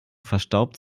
verstaubt